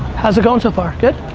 how's it going so far, good?